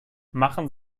machen